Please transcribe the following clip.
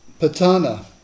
Patana